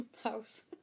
house